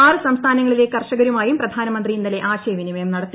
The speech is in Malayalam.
ആറ് സംസ്ഥാനങ്ങളിലെ കർഷകരു മായും പ്രധാനമന്ത്രി ഇന്നലെ ആശയവിനിമയം നടത്തി